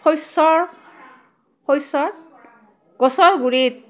শস্যৰ শস্যৰ গছৰ গুৰিত